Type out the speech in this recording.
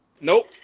Nope